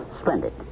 Splendid